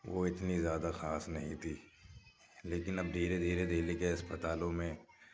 وہ اتنی زیادہ خاص نہیں تھی لیکن اب دھیرے دھیرے دلّی کے اسپتالوں میں